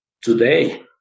today